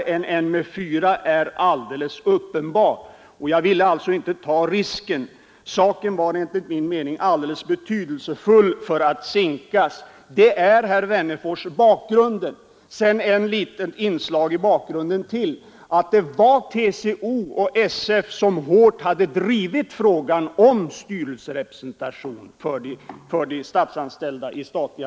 Jag ville alltså inte och långsammare än en med fyra är allde ta den risken; saken var enligt min mening alldeles för betydelsefull för att sinkas. Detta, herr Wennerfors, är bakgrunden. Sedan ett litet inslag till i bakgrunden! Det var TCO och SF som hårt hade drivit frågan om styrelserepresentation för de statsanställda i statliga